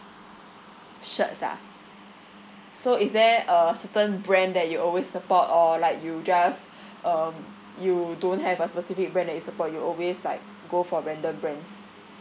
shirts ah so is there a certain brand that you always support or like you just um you don't have a specific brand that you support you always like go for random brands